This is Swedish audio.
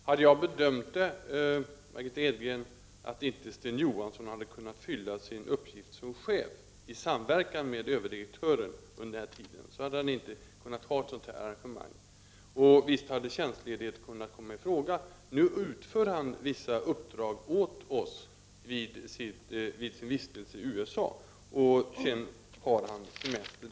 Herr talman! Om jag hade bedömt att generaldirektören inte hade kunnat fylla sin uppgift som chef i samverkan med överdirektören under den här tiden, hade ett sådant här arrangemang inte kunnat göras. Visst hade tjänstledighet kunnat komma i fråga, men nu utför han vissa uppdrag åt oss under sin vistelse i USA, och därutöver har han semester.